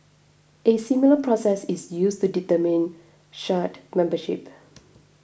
a similar process is used to determine shard membership